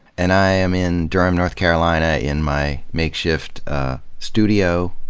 and i am in durham, north carolina, in my makeshift studio.